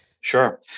Sure